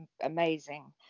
amazing